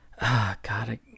God